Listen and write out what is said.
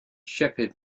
shepherd